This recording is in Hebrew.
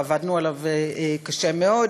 ועבדנו עליו קשה מאוד.